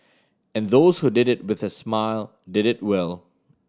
and those who did it with a smile did it well